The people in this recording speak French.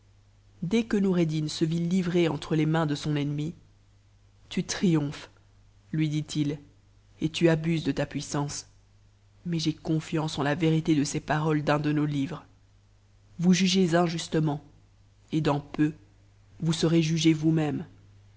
dès que noureddin se vit livre entre les mains de son ennemi tu triomphes lui dit-il et tu abuses de ta puissance mais j'ai confiance en la vérité de ces paroles d'un de nos livres vous jugez injustement et dans peu vous serez jugés vousmêmes